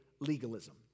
legalism